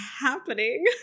happening